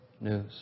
news